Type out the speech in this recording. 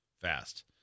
fast